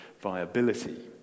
viability